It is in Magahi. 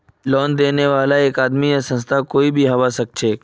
लोन देने बाला एक आदमी या संस्था कोई भी हबा सखछेक